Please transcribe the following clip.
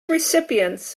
recipients